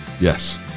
Yes